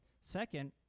Second